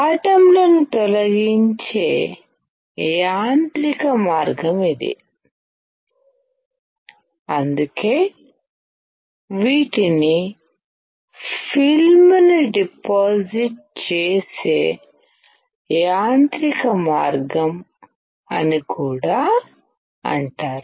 ఆటంలను తొలగించే యాంత్రిక మార్గం ఇది అందుకే వీటిని ఫిల్మ్ ను డిపాజిట్ చేసే యాంత్రిక మార్గం అని కూడా అంటారు